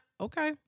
Okay